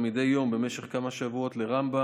היה לידו במחלקה בחור צעיר,